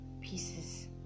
pieces